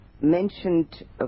mentioned